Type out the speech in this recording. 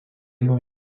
nuo